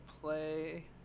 play